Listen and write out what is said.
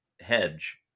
hedge